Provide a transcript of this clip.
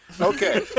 Okay